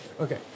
Okay